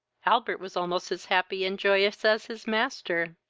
albert was almost as happy and joyous as his master.